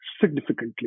significantly